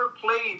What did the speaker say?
played